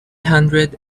hundred